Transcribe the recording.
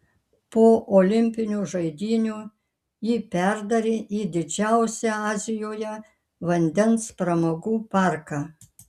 po olimpinių žaidynių jį perdarė į didžiausią azijoje vandens pramogų parką